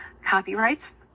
Copyrights